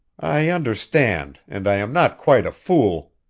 i understand, and i am not quite a fool!